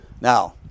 Now